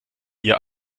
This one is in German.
ihr